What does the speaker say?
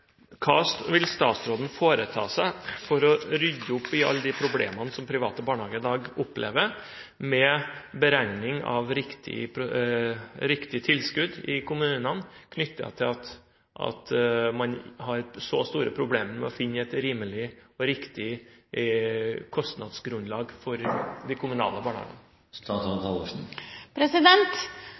Hva vil statsråden foreta seg for å rydde opp i alle de problemene som private barnehager i dag opplever med beregning av riktig tilskudd i kommunene, knyttet til at man har så store problemer med å finne et rimelig og riktig kostnadsgrunnlag for de kommunale barnehagene?